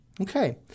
okay